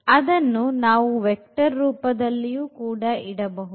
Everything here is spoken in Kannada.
ಅದನ್ನು ನಾವು vector ರೂಪದಲ್ಲಿ ಕೂಡ ಇಡಬಹುದು